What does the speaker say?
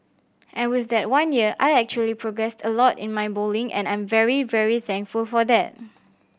and with that one year I actually progressed a lot in my bowling and I'm very very thankful for that